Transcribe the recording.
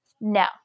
no